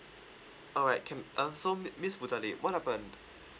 alright can uh so mi~ miss budalib one of our